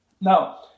Now